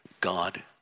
God